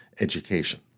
education